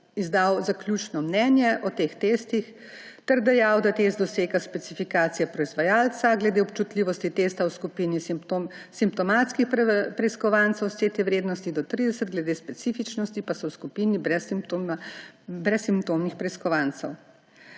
izdal zaključno mnenje o teh testih ter dejal, da test dosega specifikacije proizvajalca glede občutljivosti testa v skupini simptomatskih preiskovancev s CT vrednosti do 30, glede specifičnosti pa so v skupini brezsimptomnih preiskovancev.